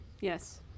Yes